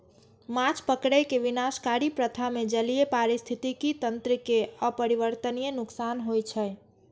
माछ पकड़ै के विनाशकारी प्रथा मे जलीय पारिस्थितिकी तंत्र कें अपरिवर्तनीय नुकसान होइ छै